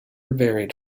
varied